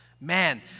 Man